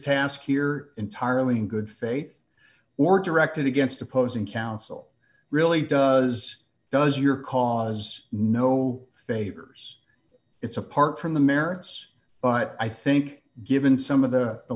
task here entirely in good faith or directed against opposing counsel really does does your cause no favors it's apart from the merits but i think given some of the the